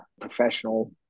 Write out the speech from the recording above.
professional